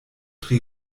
tri